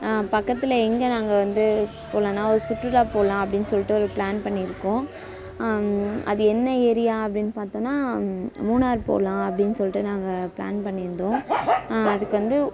பக்கத்தில் எங்கே நாங்கள் வந்து போலான்னா ஒரு சுற்றுலா போலாம் அப்படின்னு சொல்லிவிட்டு ஒரு பிளான் பண்ணியிருக்கோம் அது என்ன ஏரியா அப்படின்னு பார்த்தோம்னா மூணார் போலாம் அப்படின்னு சொல்லிவிட்டு நாங்கள் பிளான் பண்ணியிருந்தோம் அதுக்கு வந்து